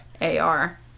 AR